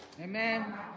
Amen